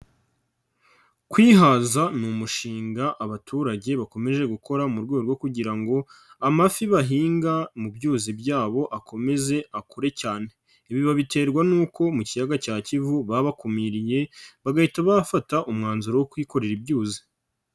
Kwihaza ni umushinga abaturage bakomeje gukora mu rwego kugira ngo amafi bahinga mu byuzi byabo akomeze akure cyane, ibi babiterwa n'uko mu kiyaga cya Kivu babakumiriye bagahita bafata umwanzuro wo kwikorera ibyuzi.